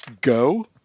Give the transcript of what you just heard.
Go